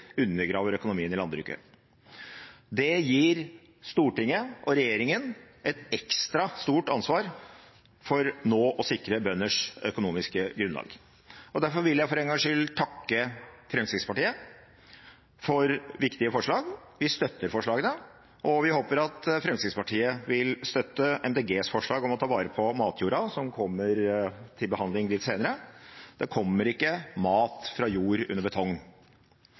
undergraver økonomien i landbruket. Det gir Stortinget og regjeringen et ekstra stort ansvar for nå å sikre bønders økonomiske grunnlag. Derfor vil jeg for en gangs skyld takke Fremskrittspartiet for viktige forslag. Vi støtter forslagene, og vi håper at Fremskrittspartiet vil støtte MDGs forslag om å ta vare på matjorda, som kommer til behandling litt senere. Det kommer ikke mat fra jord under betong.